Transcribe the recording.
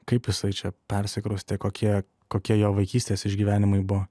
kaip jisai čia persikraustė kokie kokie jo vaikystės išgyvenimai buvo